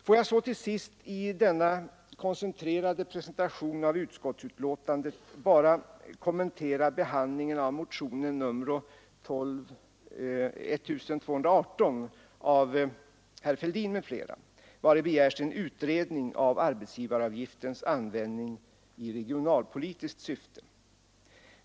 Får jag så till sist i denna koncentrerade presentation av utskottsbetänkandet bara kommentera behandlingen av motionen nr 1218 av herr Fälldin m.fl., vari begärs en utredning av arbetsgivaravgiftens användning i regionalpolitiskt syfte.